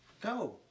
Go